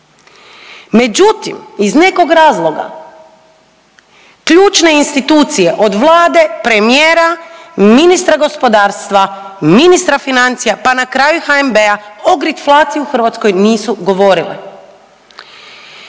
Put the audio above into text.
Međutim iz nekog razloga ključne institucije od Vlade, premijera, ministra gospodarstva, ministra financija pa na kraju HNB-a o gritflaciji u Hrvatskoj nisu govorile.